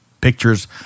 pictures